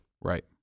Right